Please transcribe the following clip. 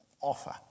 offer